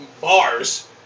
bars